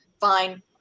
fine